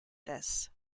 this